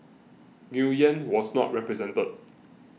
Nguyen was not represented